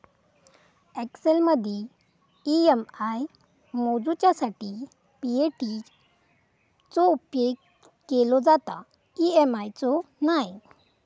एक्सेलमदी ई.एम.आय मोजूच्यासाठी पी.ए.टी चो उपेग केलो जाता, ई.एम.आय चो नाय